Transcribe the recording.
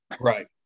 right